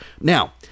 Now